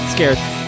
Scared